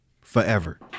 Forever